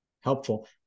helpful